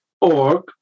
org